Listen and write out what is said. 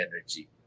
energy